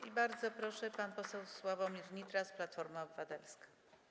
I bardzo proszę, pan poseł Sławomir Nitras, Platforma Obywatelska.